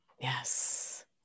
Yes